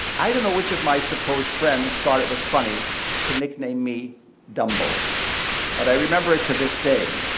i don't know which of my supposed friends thought it was funny to nickname me dumbo but i remember it to this day.